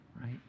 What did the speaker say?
right